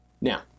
Now